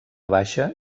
baixa